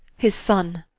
his son.